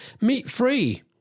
Meat-free